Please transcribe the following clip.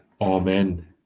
amen